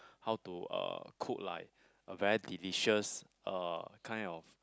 how to uh cook like a very delicious uh kind of